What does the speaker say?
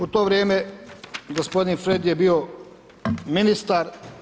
U to vrijeme gospodin Fred je bio ministar.